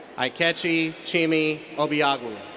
ikechi chimee obiagwu.